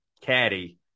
caddy